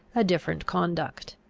a different conduct.